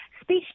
Speech